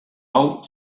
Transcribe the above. hau